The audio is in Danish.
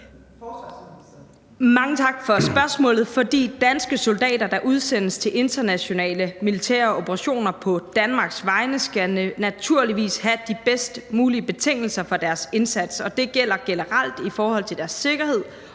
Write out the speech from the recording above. Mange tak for spørgsmålet. Danske soldater, der udsendes på internationale militære operationer på Danmarks vegne, skal naturligvis have de bedst mulige betingelser for deres indsats. Det gælder generelt i forhold til deres sikkerhed,